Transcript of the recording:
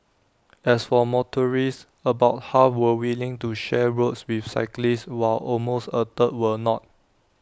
as for motorists about half were willing to share roads with cyclists while almost A third were not